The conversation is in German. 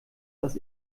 dass